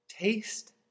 Taste